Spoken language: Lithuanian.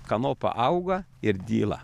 kanopa auga ir dyla